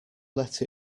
let